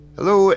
Hello